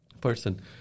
person